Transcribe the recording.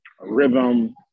rhythm